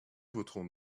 voterons